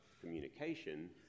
communication